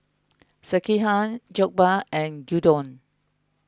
Sekihan Jokbal and Gyudon